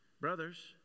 Brothers